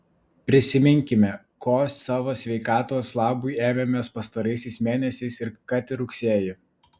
prisiminkime ko savo sveikatos labui ėmėmės pastaraisiais mėnesiais kad ir rugsėjį